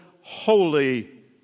Holy